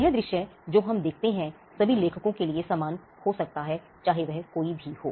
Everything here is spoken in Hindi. यह दृश्य जो हम देखते हैं सभी लेखकों के लिए समान हो सकता है चाहे वह कोई भी हो